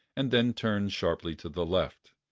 and then turned sharply to the left.